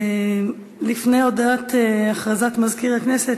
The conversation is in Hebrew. לפני הכרזת מזכיר הכנסת,